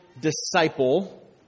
disciple